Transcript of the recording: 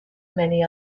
many